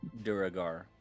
Duragar